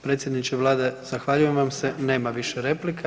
Predsjedniče Vlade zahvaljujem vam se, nema više replika.